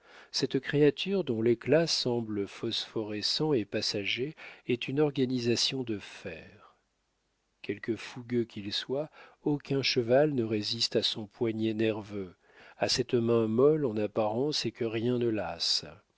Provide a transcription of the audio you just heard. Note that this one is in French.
cette créature dont l'éclat semble phosphorescent et passager est une organisation de fer quelque fougueux qu'il soit aucun cheval ne résiste à son poignet nerveux à cette main molle en apparence et que rien ne lasse